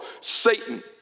Satan